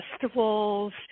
festivals